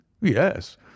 yes